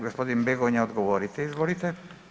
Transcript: Gospodin Begonja odgovorite, izvolite.